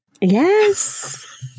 yes